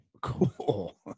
Cool